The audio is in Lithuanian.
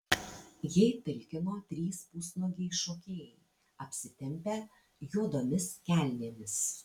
jai talkino trys pusnuogiai šokėjai apsitempę juodomis kelnėmis